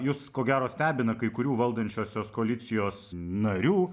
jus ko gero stebina kai kurių valdančiosios koalicijos narių